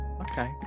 Okay